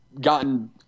gotten